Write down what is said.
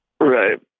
Right